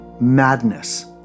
madness